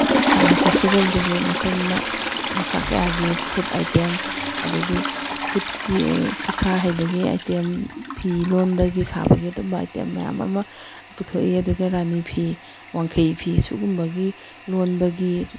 ꯁꯉꯥꯏ ꯐꯦꯁꯇꯤꯕꯦꯜꯗꯁꯨ ꯃꯈꯜ ꯃꯈꯥ ꯀꯌꯥꯒꯤ ꯐꯨꯗ ꯑꯥꯏꯇꯦꯝ ꯑꯗꯩꯗꯤ ꯈꯨꯠꯀꯤ ꯈꯨꯠ ꯁꯥ ꯍꯩꯕꯒꯤ ꯑꯥꯏꯇꯦꯝ ꯐꯤ ꯂꯣꯟꯕꯒꯤ ꯁꯥꯕꯒꯤ ꯑꯗꯨꯝꯕ ꯑꯥꯏꯇꯦꯝ ꯃꯌꯥꯝ ꯑꯃ ꯄꯨꯊꯣꯛꯏ ꯑꯗꯨꯒ ꯔꯥꯅꯤ ꯐꯤ ꯋꯥꯡꯈꯩ ꯐꯤ ꯁꯤꯒꯨꯝꯕꯒꯤ ꯂꯣꯟꯕꯒꯤ